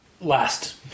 last